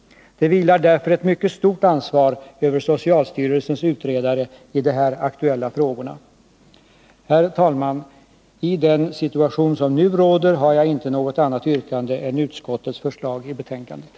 Det vilar därför ett mycket stort ansvar över socialstyrelsens utredare i de här aktuella frågorna. Herr talman! I den situation som nu råder har jag inte något annat yrkande än bifall till utskottets förslag i betänkandet.